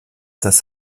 das